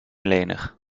lenig